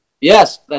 Yes